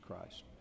Christ